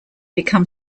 become